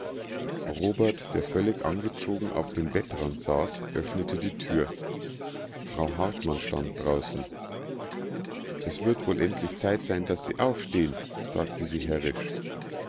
robert der völlig angezogen auf dem bettrand saß öffnete die tür frau hartmann stand draußen es wird wohl endlich zeit sein daß sie aufstehn sagte sie herrisch